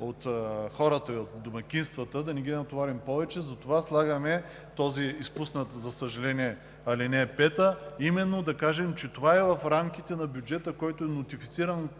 от хората и от домакинствата, да не ги натоварим повече, затова слагаме тази изпусната, за съжаление, ал. 5, за да кажем, че това е в рамките на бюджета, който е нотифициран